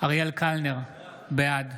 אריאל קלנר, בעד